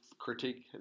critique